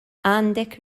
għandek